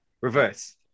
reverse